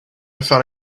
found